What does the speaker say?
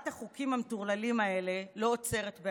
ומצטערת על כך שהממשלה הזאת לא יכולה לשמש